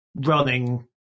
running